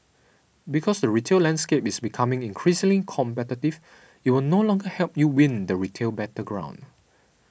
because the retail landscape is becoming increasingly competitive it will no longer help you win the retail battleground